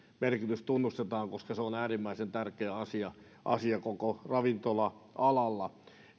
merkitys tunnustetaan koska se on äärimmäisen tärkeä asia asia koko ravintola alalla